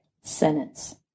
sentence